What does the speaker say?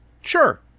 Sure